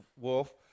Wolf